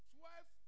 Twelve